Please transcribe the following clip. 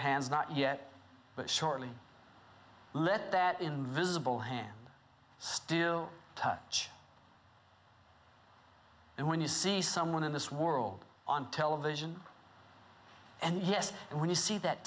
hands not yet but surely let that invisible hand still touch and when you see someone in this world on television and yes when you see that